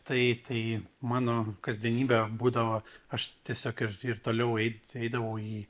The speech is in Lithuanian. tai tai mano kasdienybė būdavo aš tiesiog ir ir toliau eit eiti eidavau į